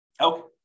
Okay